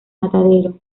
matadero